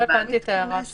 לא הבנתי את ההערה השנייה.